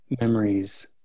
memories